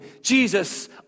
Jesus